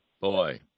boy